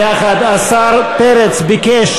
השר פרץ ביקש,